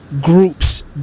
groups